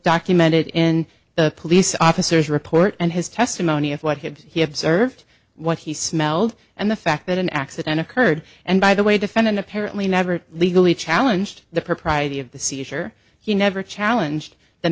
documented in the police officer's report and his testimony of what he observed what he smelled and the fact that an accident occurred and by the way defendant apparently never legally challenged the propriety of the seizure he never challenge the